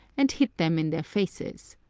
and hit them in their faces.